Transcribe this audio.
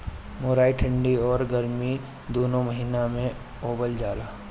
मुरई ठंडी अउरी गरमी दूनो महिना में बोअल जाला